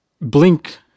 Blink